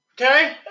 Okay